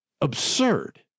Absurd